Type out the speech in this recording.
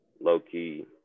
low-key